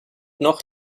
noch